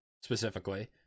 specifically